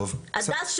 הדס,